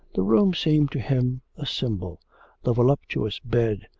the room seemed to him a symbol the voluptuous bed,